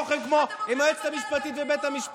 אם הייתי חושבת שזה קצר, לא הייתי נלחמת.